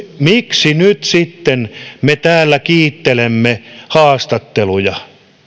miksi nyt sitten me täällä kiittelemme haastatteluja